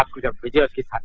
um rejected